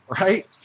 right